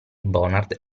bonard